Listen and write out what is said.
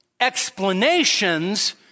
explanations